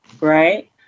right